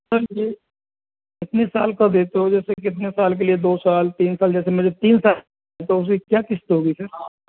sir ये कितने साल का देते हो जैसे कितने साल के लिए दो साल तीन साल जैसे मुझे तीन साल की चाहिए तो उसको क्या किश्त होगी सर